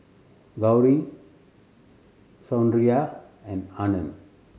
Gauri Sundaraiah and Anand